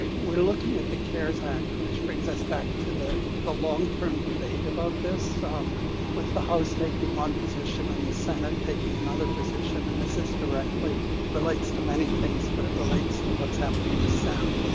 we're looking at the cares act, which brings us back to the the long-term debate about this, um with the house taking one position and the senate taking another position. and this this directly relates to many things, but it relates to what's happening with snap.